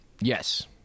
yes